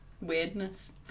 weirdness